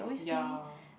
ya